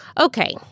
Okay